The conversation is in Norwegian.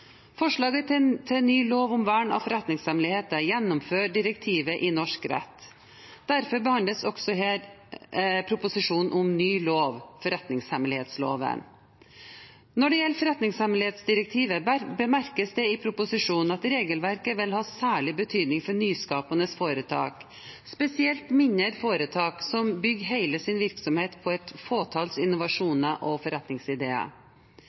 Forslaget til ny lov om vern av forretningshemmeligheter gjennomfører direktivet i norsk rett. Derfor behandles også her en proposisjon om ny lov – forretningshemmelighetsloven. Når det gjelder forretningshemmelighetsdirektivet, bemerkes det i proposisjonen at regelverket vil ha særlig betydning for nyskapende foretak, spesielt mindre foretak som bygger hele sin virksomhet på et fåtall innovasjoner eller forretningsideer.